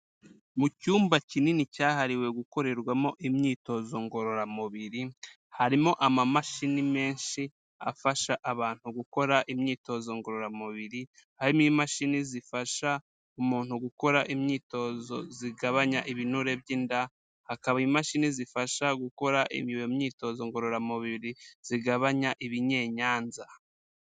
Mu cyumba kinini cyahariwe gukorerwamo imyitozo ngororamubiri, harimo amamashini menshi afasha abantu gukora imyitozo ngororamubiri, harimo imashini zifasha umuntu gukora imyitozo zigabanya ibinure by'inda, hakaba imashini zifasha gukora imyitozo ngororamubiri zigabanya ibinyenyanza.